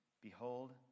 Behold